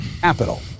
Capital